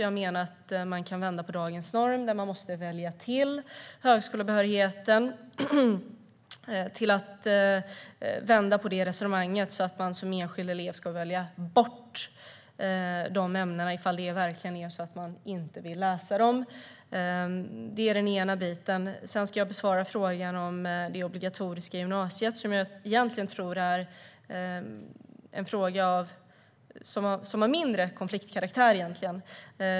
Jag menar att man kan vända på dagens norm och resonemang, där man måste välja till högskolebehörigheten, så att man som enskild elev i stället ska välja bort dessa ämnen om man verkligen inte vill läsa dem. Det är det ena. Jag ska också besvara frågan om det obligatoriska gymnasiet. Det är en fråga som jag egentligen tror har mindre konfliktkaraktär.